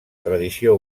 tradició